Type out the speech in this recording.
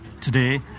Today